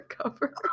cover